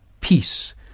peace